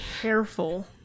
careful